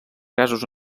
gasos